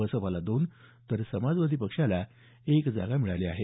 बसपाला दोन तर समाजवादी पक्षानं एक जागा जिंकली आहे